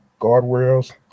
guardrails